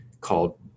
called